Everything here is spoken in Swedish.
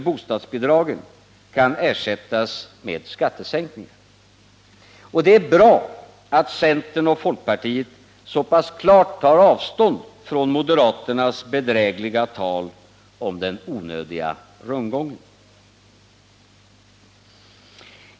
bostadsbidragen, kan ersättas med skattesänkningar. Det är bra att centern och folkpartiet så pass klart tar avstånd från moderaternas bedrägliga tal om den onödiga rundgången.